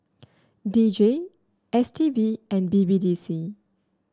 D J S T B and B B D C